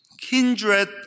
Kindred